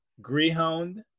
Greyhound